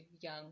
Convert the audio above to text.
young